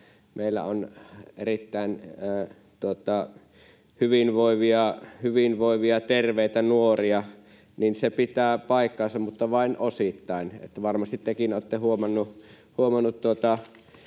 meillä on erittäin hyvinvoivia ja terveitä nuoria, että se pitää paikkansa, mutta vain osittain. Varmasti tekin olette huomannut